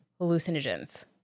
hallucinogens